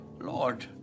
Lord